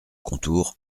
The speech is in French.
contour